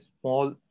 small